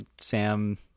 Sam